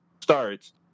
starts